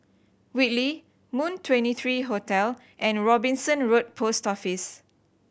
Whitley Moon Twenty three Hotel and Robinson Road Post Office